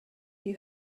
you